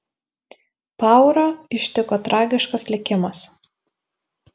paurą ištiko tragiškas likimas